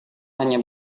hanya